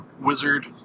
wizard